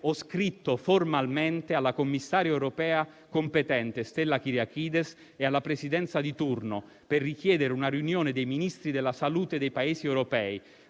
ho scritto formalmente alla commissaria europea competente Stella Kyriakides e alla Presidenza di turno per richiedere una riunione dei Ministri della salute dei Paesi europei,